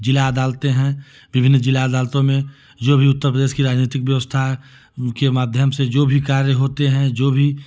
जिला अदालतें हैं विभिन्न जिला अदालतों में जो भी उत्तरप्रदेश की राजनीतिक व्यवस्था है उनके माध्यम से जो भी कार्य होते हैं जो भी